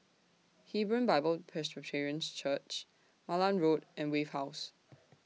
Hebron Bible Presbyterian Church Malan Road and Wave House